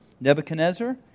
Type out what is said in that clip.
Nebuchadnezzar